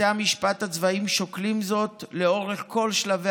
בתי המשפט הצבאיים שוקלים זאת לאורך כל שלבי